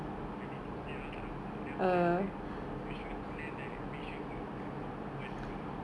ya macam tinggi tinggi then orang tak nampak then after that like if you want to land right make sure you got like macam no one around